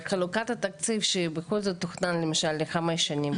חלוקת התקציב שבכל זאת תוכננה למשל ל-5 שנים,